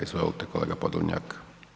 Izvolite kolega Podolnjak.